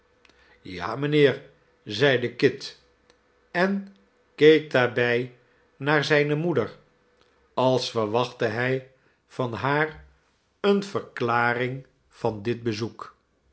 ja mijnheer zeide kit en keek daarbij naar zijne moeder als verwachtte hij van haar eene verklaring van dit bezoek